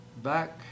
Back